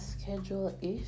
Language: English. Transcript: schedule-ish